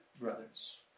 brothers